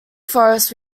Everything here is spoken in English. forests